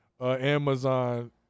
Amazon